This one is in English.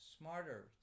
smarter